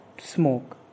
smoke